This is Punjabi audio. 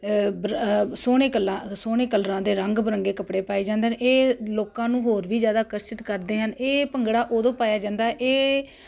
ਬ੍ਰ ਸੋਹਣੇ ਕਲਾ ਸੋਹਣੇ ਕਲਰਾਂ ਦੇ ਰੰਗ ਬਿਰੰਗੇ ਕੱਪੜੇ ਪਾਏ ਜਾਂਦੇ ਨੇ ਇਹ ਲੋਕਾਂ ਨੂੰ ਹੋਰ ਵੀ ਜ਼ਿਆਦਾ ਅਕਰਸ਼ਿਤ ਕਰਦੇ ਹਨ ਇਹ ਭੰਗੜਾ ਉਦੋਂ ਪਾਇਆ ਜਾਂਦਾ ਇਹ